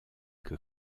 que